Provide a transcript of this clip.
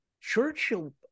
churchill